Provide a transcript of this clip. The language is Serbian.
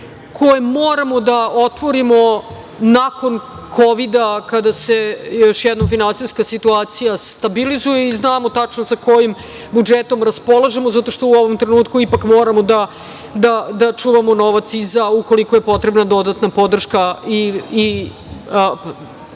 koje moramo da otvorimo nakon Kovida, kada se još jednom finansijska situacija stabilizuje i znamo tačno sa kojim budžetom raspolažemo, zato što u ovom trenutku ipak moramo da čuvamo novac i za ukoliko je potrebna dodatna podrška i